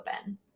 open